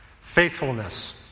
faithfulness